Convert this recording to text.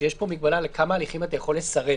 זה שיש פה מגבלה לכמה הליכים אתה יכול לסרב